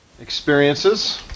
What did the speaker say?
experiences